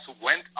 went